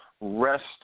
rest